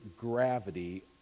gravity